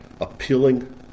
appealing